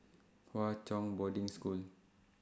Hwa Chong Boarding School